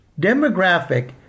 Demographic